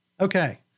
Okay